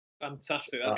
fantastic